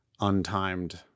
untimed